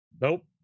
Nope